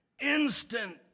instant